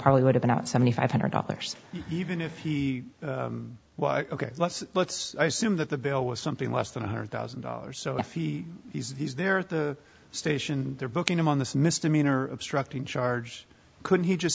probably would have been out seventy five hundred dollars even if he was ok let's let's assume that the bill was something less than one hundred thousand dollars so if he is there at the station they're booking him on this misdemeanor obstructing charge could he just